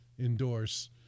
endorse